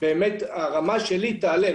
באמת הרמה שלי תעלה.